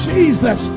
Jesus